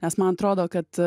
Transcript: nes man atrodo kad